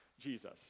Jesus